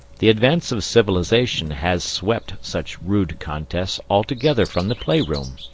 the advance of civilisation has swept such rude contests altogether from the playroom.